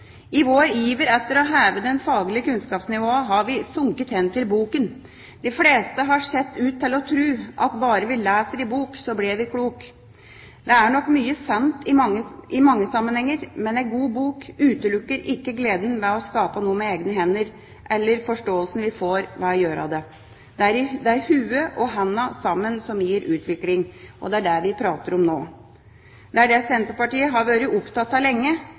I vår iver etter å heve det faglige kunnskapsnivået, har vi sunket hen til boken. De fleste har sett ut til å tro at bare vi leser i bok, så blir vi klok. Det er nok mye sant i mange sammenhenger, men en god bok utelukker ikke gleden ved å skape noe med egne hender eller forståelsen vi får ved å gjøre det. Det er hodet og hånden sammen som gir utvikling. Det er det vi snakker om nå! Det er det Senterpartiet har vært opptatt av lenge.